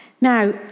Now